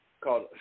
called